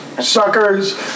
suckers